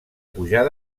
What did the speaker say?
pujar